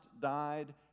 died